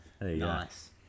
Nice